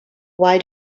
why